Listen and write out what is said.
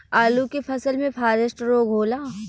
आलू के फसल मे फारेस्ट रोग होला?